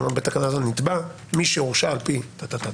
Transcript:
בתקנה זאת: נתבע מי שהורשע לפי כך וכך